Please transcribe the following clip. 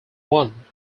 one